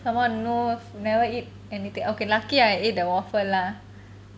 some more no never eat anything okay lucky I ate the waffle lah